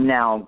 Now